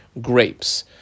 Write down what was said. grapes